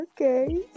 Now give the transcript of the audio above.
Okay